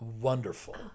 wonderful